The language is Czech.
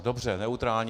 Dobře, neutrální.